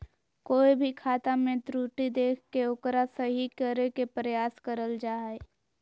कोय भी खाता मे त्रुटि देख के ओकरा सही करे के प्रयास करल जा हय